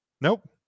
Nope